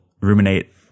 ruminate